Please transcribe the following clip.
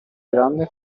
grande